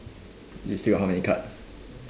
you see how many card